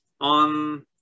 on